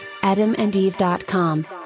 AdamandEve.com